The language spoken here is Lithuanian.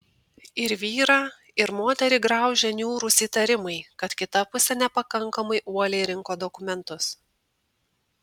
ir vyrą ir moterį graužia niūrus įtarimai kad kita pusė nepakankamai uoliai rinko dokumentus